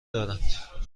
دارند